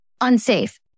unsafe